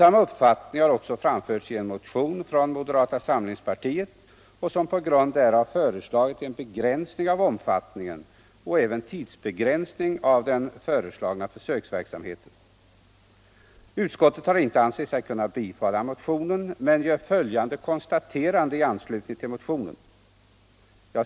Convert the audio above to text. Med detta uttalande har vi låtit oss nöja och förutsätter att en sådan Obligatorisk redovisning också kommer till stånd.